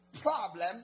problem